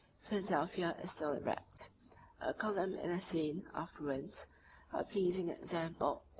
philadelphia is still erect a column in a scene of ruins a pleasing example,